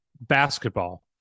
basketball